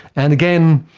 and again,